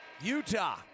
Utah